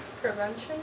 Prevention